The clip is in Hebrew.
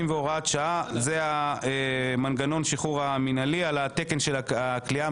60 והוראת שעה) זה מנגנון שחרור מינהלי על תקן הכליאה,